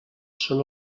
són